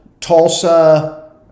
Tulsa